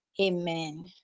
Amen